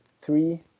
three